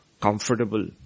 comfortable